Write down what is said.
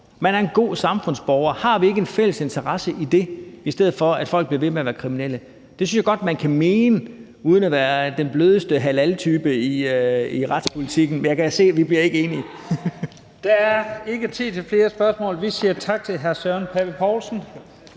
og er en god samfundsborger, har vi så ikke en fælles interesse i det, i stedet for at folk bliver ved med at være kriminelle? Det synes jeg godt man kan mene uden at være den blødeste halaltype i retspolitikken. Men jeg kan se, at vi ikke bliver enige. Kl. 16:43 Første næstformand (Leif Lahn Jensen): Der er ikke tid til flere spørgsmål. Vi siger tak til hr. Søren Pape Poulsen.